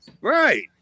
Right